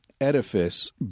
edifice